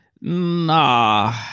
Nah